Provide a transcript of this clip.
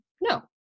No